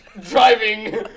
driving